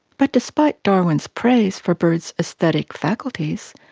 but despite darwin's praise for birds' aesthetic faculties,